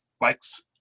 likes